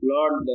Lord